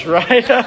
right